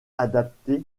adapté